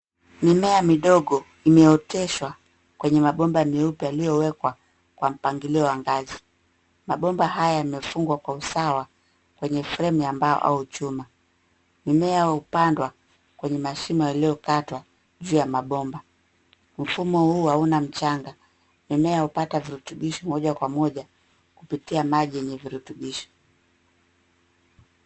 Mimea midogo imeoteshwa kwenye mabomba meupe yaliyowekwa kwa mpangilio wa ngazi. Mabomba haya yamefungwa kwa usawa kwenye fremu ya mbao au chuma. Mimea hupandwa kwenye mashimo yaliyokatwa juu ya mabomba. Mfumo huu hauna mchanga. Mimea hupata virutubisho moja kwa moja kupitia maji yenye virutubisho.